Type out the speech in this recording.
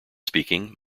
speaking